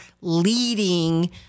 leading